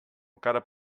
encara